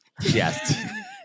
Yes